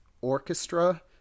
Orchestra